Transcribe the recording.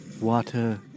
Water